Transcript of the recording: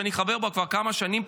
שאני חבר בה כבר כמה שנים,